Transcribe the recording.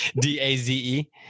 d-a-z-e